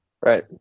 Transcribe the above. Right